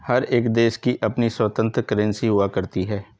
हर एक देश की अपनी स्वतन्त्र करेंसी हुआ करती है